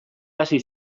hasi